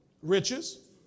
Riches